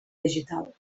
digital